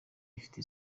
ifite